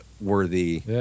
worthy